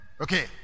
Okay